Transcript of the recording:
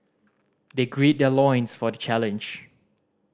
they gird their loins for the challenge